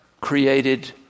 created